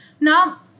Now